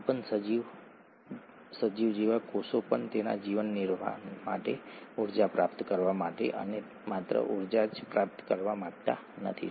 તો તમે અહીં જોઈ શકો છો કે આ પેન્ટોઝ સુગર નાઇટ્રોજનસ બેઝ અને ફોસ્ફેટ જૂથ છે ઠીક છે